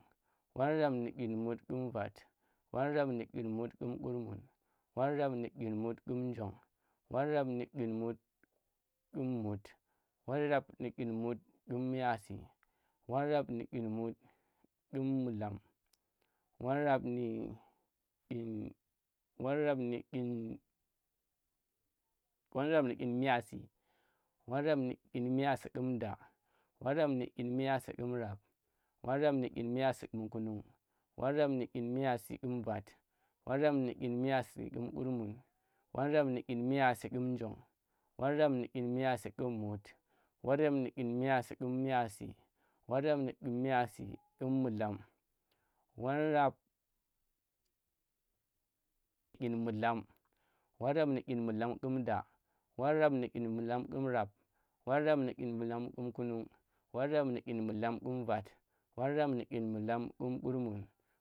Won rab nu dyin mut kum vat, won rab nu dyin mut kum kurmun, won rab nu̱ dyin mut kum njong, won rab nu dyin mut kum mut, won rab nu dyin mut kum miyasi, won rab nu dyin mut ƙum mudlam won rab nu dyin won rab nu dyin won rab nu dyin miyasi, won rab nu dyin miyasi ƙum da, won rab nu dyin miyasi ƙum rab, won rab nu dyin miyasi ƙum kunnug, won rab nu dyin miyasi ƙum vat, won rab nu dyin miyasi kum kurmun, won rab nu dyin miyasi kum njong, won rab nu dyin miyasi ƙum mut, won rab nu dyin miyasi ƙum miyasi, won rab nu dyin miyasi ƙum mudlam, won rab nu dyin mudlam won rab nu dyin mudlam, won rab nu dyin mudlam ƙum da, won rab nu dyin mudlam ƙum rab, won rab nu dyin mudlam ƙum kunnung, won rab nu dyin mudla ƙum vat, won rab nu dyin mudla kum kurmun